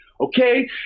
okay